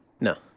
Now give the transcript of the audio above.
No